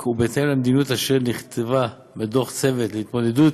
ובהתאם למדיניות אשר נכתבה בדוח צוות להתמודדות